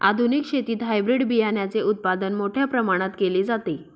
आधुनिक शेतीत हायब्रिड बियाणाचे उत्पादन मोठ्या प्रमाणात केले जाते